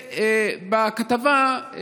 לכתבה,